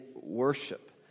worship